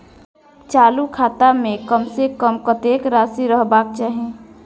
चालु खाता में कम से कम कतेक राशि रहबाक चाही?